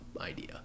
idea